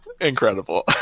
incredible